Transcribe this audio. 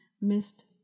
missed